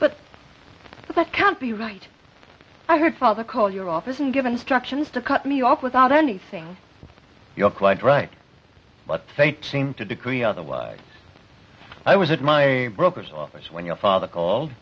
but that can't be right i heard father call your office and given instructions to cut me off without anything you're quite right but seem to decree otherwise i was at my broker's office when your father called